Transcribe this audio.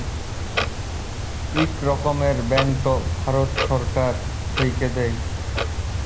ইক রকমের ব্যাংকট ভারত ছরকার থ্যাইকে দেয়